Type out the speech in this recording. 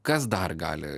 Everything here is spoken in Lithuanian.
kas dar gali